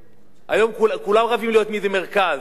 היום כולם רבים להיות מי זה מרכז.